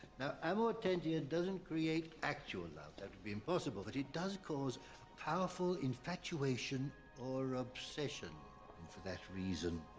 now, amortentia doesn't create actual love. that would be impossible. but it does cause powerful infatuation or obsession. and for that reason,